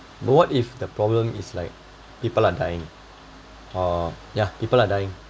but what if the problem is like people are dying or yeah people are dying